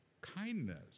kindness